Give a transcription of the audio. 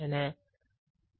அது இல்லை